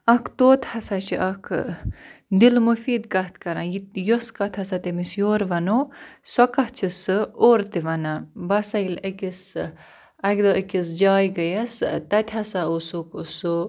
اَکھ طوط ہَسا چھِ اَکھ دِل مُفیٖد کَتھ کَران یہِ یۄس کَتھ ہَسا تٔمِس یور وَنو سۄ کَتھ چھِ سُہ اورٕ تہِ وَنان بہٕ ہَسا ییٚلہِ أکِس اَکہِ دۄہ أکِس جاے گٔیَس تَتہِ ہَسا اوسُکھ سُہ